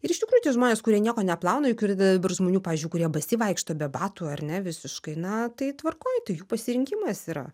ir iš tikrųjų tie žmonės kurie nieko neplauna juk ir dabar žmonių pavyzdžiui kurie basi vaikšto be batų ar ne visiškai na tai tvarkoj tai jų pasirinkimas yra